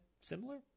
similar